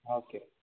okay